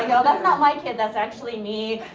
no, that's not my kid, that's actually me.